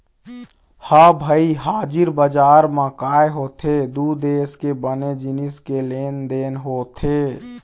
ह भई हाजिर बजार म काय होथे दू देश के बने जिनिस के लेन देन होथे